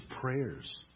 prayers